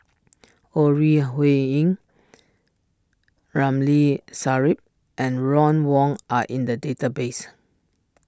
Ore Huiying Ramli Sarip and Ron Wong are in the database